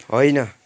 होइन